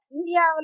India